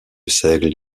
seigle